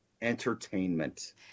entertainment